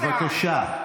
בבקשה.